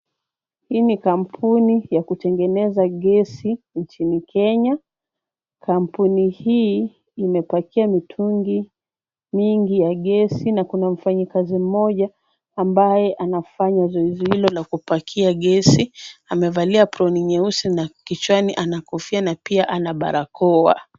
Hii ni kampuni ya kutengeneza gesi nchini Kenya. Kampuni hii imepakia mitungi nyingi ya gesi na kuna mfanyikazi mmoja ambaye anafanya zoezi hilo la kupakia gesi. Amevalia aproni nyeusi na kichwani ana kofia na pia ana barakoa.